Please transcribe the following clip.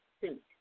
suit